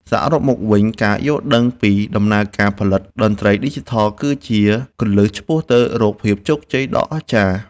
សរុបមកវិញការយល់ដឹងពីដំណើរការផលិតតន្ត្រីឌីជីថលគឺជាគន្លឹះឆ្ពោះទៅរកភាពជោគជ័យដ៏អស្ចារ្យ។